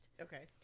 Okay